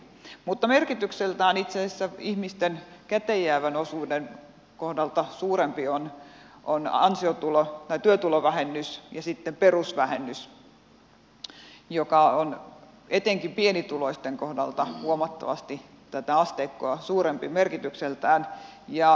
mutta merkitykseltään itse asiassa ihmisten käteenjäävän osuuden kohdalta suurempi on työtulovähennys ja sitten perusvähennys joka on etenkin pienituloisten kohdalta huomattavasti tätä asteikkoa suurempi merkitykseltään